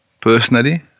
personally